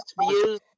views